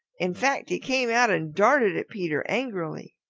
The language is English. in fact, he came out and darted at peter angrily.